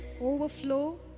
overflow